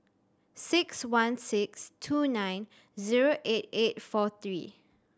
six one six two nine zero eight eight four three